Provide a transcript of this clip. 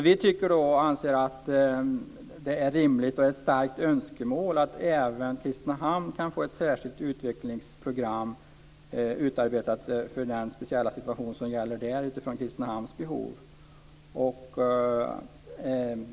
Vi anser att det är rimligt - och det är ett starkt önskemål - att även Kristinehamn kan få ett särskilt utvecklingsprogram utarbetat för den speciella situation som gäller där.